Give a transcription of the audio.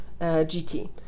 GT